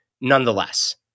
nonetheless